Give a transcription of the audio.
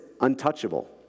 untouchable